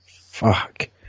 fuck